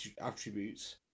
attributes